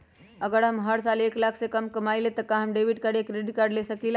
अगर हम हर साल एक लाख से कम कमावईले त का हम डेबिट कार्ड या क्रेडिट कार्ड ले सकीला?